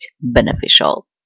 beneficial